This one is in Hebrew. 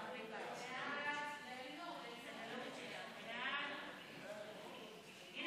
ההצעה להעביר את הצעת חוק למניעת אלימות במשפחה (תיקון,